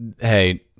hey